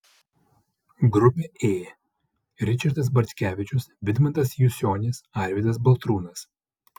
grupė ė ričardas bartkevičius vidmantas jusionis arvydas baltrūnas